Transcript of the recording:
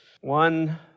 One